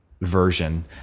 version